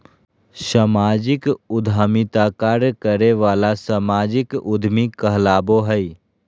सामाजिक उद्यमिता कार्य करे वाला सामाजिक उद्यमी कहलाबो हइ